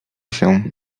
się